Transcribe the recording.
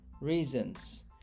reasons